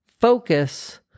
focus